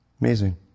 Amazing